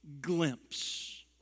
glimpse